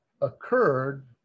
occurred